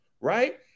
Right